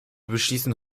beschließen